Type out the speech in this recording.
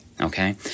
Okay